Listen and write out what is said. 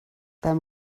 beim